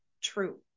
true